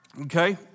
Okay